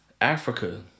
Africa